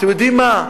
אתם יודעים מה,